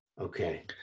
Okay